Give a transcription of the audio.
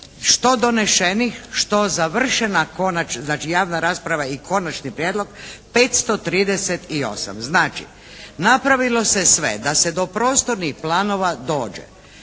što donešenih što završena, znači javna rasprava i konačni prijedlog 538. Znači, napravilo sve da se do prostornih planova dođe